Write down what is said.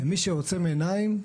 ומי שעוצם עיניים,